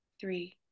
three